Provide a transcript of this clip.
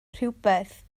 rhywbeth